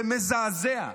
זה מזעזע.